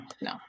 no